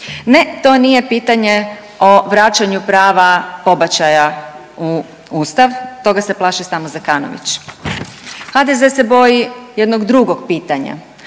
Ne, to nije pitanje o vraćanju prava pobačaja u Ustav, toga se plaši samo Zekanović. HDZ se boji jednog drugog pitanja.